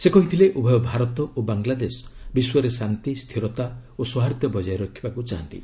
ସେ କହିଥିଲେ ଉଭୟ ଭାରତ ଓ ବାଙ୍ଗଲାଦେଶ ବିଶ୍ୱରେ ଶାନ୍ତି ସ୍ଥିରତା ଓ ସୌହାର୍ଦ୍ଧ୍ୟ ବଜାୟ ରହିବାକୁ ଚାହାନ୍ତି